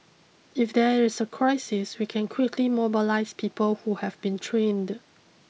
if there is a crisis we can quickly mobilise people who have been trained